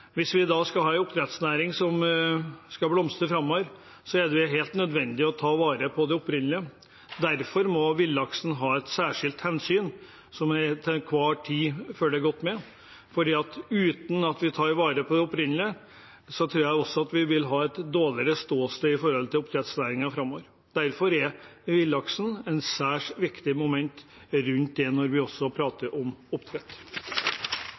Hvis vi skal ha en oppdrettsnæring som skal blomstre framover, er det helt nødvendig å ta vare på det opprinnelige. Derfor må vi ta et særskilt hensyn til villaksen, som vi til enhver tid må følge godt med på. For uten at vi tar vare på det opprinnelige, tror jeg vi vil ha et dårligere ståsted for oppdrettsnæringen framover. Derfor er villaksen et særs viktig moment når vi prater om oppdrett.